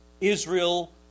Israel